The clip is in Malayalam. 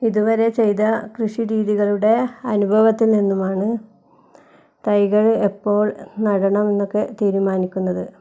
ഇതുവരെ ചെയ്ത കൃഷിരീതികളുടെ അനുഭവത്തിൽ നിന്നുമാണ് തൈകൾ എപ്പോൾ നടണം എന്നൊക്കെ തീരുമാനിക്കുന്നത്